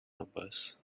numbers